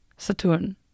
Saturn